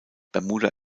bermuda